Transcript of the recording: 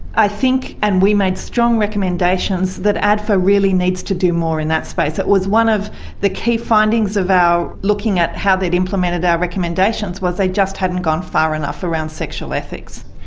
i think, and we made recommendations, that adfa really needs to do more in that space. it was one of the key findings of our looking at how they had implemented our recommendations was they just hadn't gone far enough around sexual ethics.